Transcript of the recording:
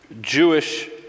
Jewish